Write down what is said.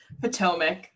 Potomac